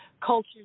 culture